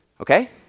okay